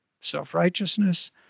self-righteousness